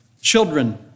Children